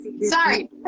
sorry